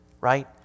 right